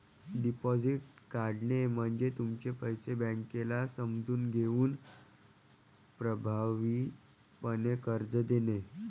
deposit काढणे म्हणजे तुमचे पैसे बँकेला समजून घेऊन प्रभावीपणे कर्ज देणे